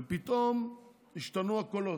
ופתאום השתנו הקולות.